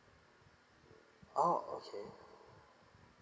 oh okay